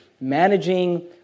managing